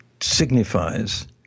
signifies